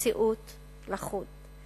ומציאות לחוד.